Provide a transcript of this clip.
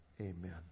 Amen